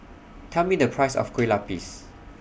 Tell Me The Price of Kueh Lapis